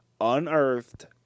unearthed